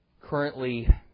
currently